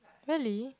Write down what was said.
really